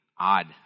odd